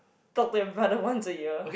talk to your brother once a year